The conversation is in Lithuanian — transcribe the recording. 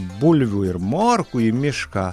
bulvių ir morkų į mišką